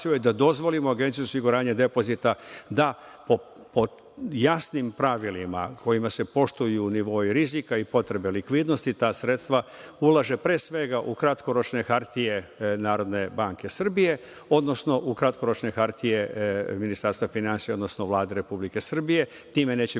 da dozvolimo Agenciji za osiguranje depozita da pod jasnim pravilima kojima se poštuju nivoi rizika i potrebe likvidnosti, ta sredstva ulažu pre svega u kratkoročne hartije NBS, odnosno u kratkoročne hartije Ministarstva finansija, odnosno Vlade Republike Srbije. Time neće